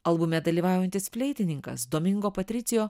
albume dalyvaujantis fleitininkas domingo patricijo